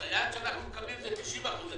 הסייעת שאנחנו מקבלים הם 90 אחוזים.